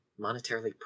monetarily